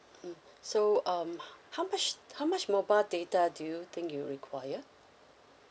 mm so um how much how much mobile data do you think you require